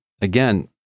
Again